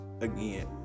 Again